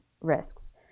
risks